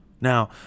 now